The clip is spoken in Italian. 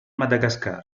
madagascar